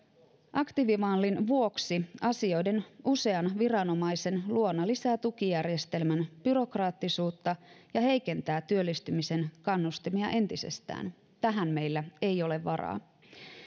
aktiivimallin vuoksi asiointi usean viranomaisen luona lisää tukijärjestelmän byrokraattisuutta ja heikentää työllistymisen kannustimia entisestään tähän meillä ei ole varaa